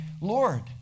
Lord